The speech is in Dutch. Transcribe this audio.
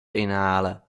inhalen